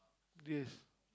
this